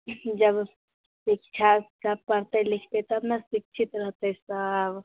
जब शिक्षा सब पढ़तै लिखतै तब ने शिक्षित रहतै सब